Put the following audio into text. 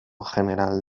general